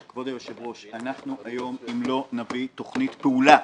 כבוד היושב-ראש, אם היום לא נביא תוכנית פעולה